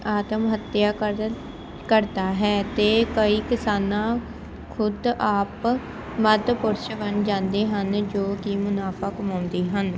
ਆਤਮ ਹੱਤਿਆ ਕਰ ਕਰਦਾ ਹੈ ਅਤੇ ਕਈ ਕਿਸਾਨਾਂ ਖੁਦ ਆਪ ਮੱਧ ਪੁਰਸ਼ ਬਣ ਜਾਂਦੇ ਹਨ ਜੋ ਕਿ ਮੁਨਾਫਾ ਕਮਾਉਂਦੇ ਹਨ